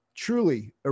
truly